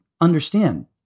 understand